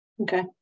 Okay